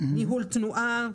ניהול תנועה,